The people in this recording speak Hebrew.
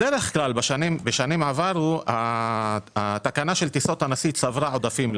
בדרך כלל בשנים עברו התקנה של טיסות הנשיא צברה עודפים,